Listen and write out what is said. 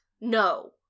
no